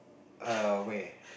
err where